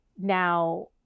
Now